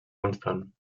constant